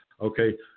okay